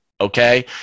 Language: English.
okay